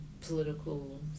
political